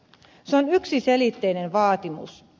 se on yksiselitteinen vaatimus